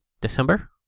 December